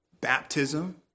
baptism